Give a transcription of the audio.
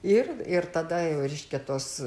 ir ir tada jau reiškia tos